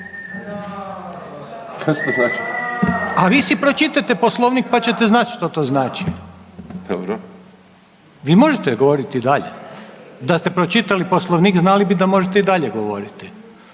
A vi si pročitajte Poslovnik pa ćete znati što to znači. … /Upadica Beljak: Dobro./… Vi možete govoriti i dalje. Da ste pročitali Poslovnik znali bi da možete i dalje govoriti.